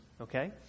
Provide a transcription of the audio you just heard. okay